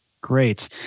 Great